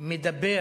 מדברים